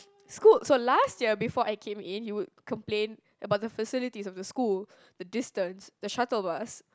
school so last year before I came in you would complaint about the facilities of the school the distance the shuttle bus